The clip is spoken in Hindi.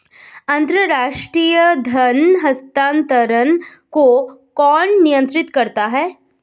अंतर्राष्ट्रीय धन हस्तांतरण को कौन नियंत्रित करता है?